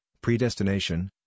predestination